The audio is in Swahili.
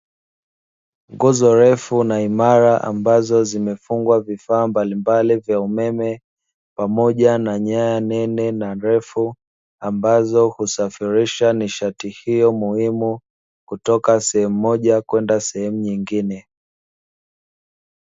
Nguzo refu na imara ambazo zimefungwa vifaa mbalimbali vya umeme, pamoja na nyaya nene na refu ambazo husafirisha nishati hiyo muhimu kutoka sehemu moja kwenda sehemu nyingine.